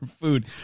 food